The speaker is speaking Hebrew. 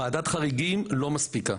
וועדת חריגים לא מספיקה,